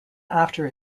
after